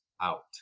out